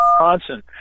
Johnson